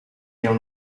mil